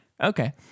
Okay